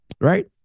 right